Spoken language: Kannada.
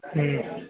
ಹ್ಞೂ